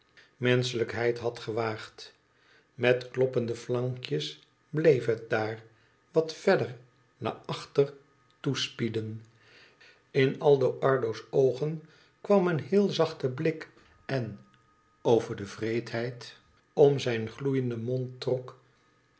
menschelijkheid had gewaagd met kloppende flankjes bleef het daar wat verder naar achter toespieden in aldo ardo's oogen kwam een heel zachte blik en over de wreedheid om zijn gloeienden mond trok